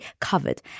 covered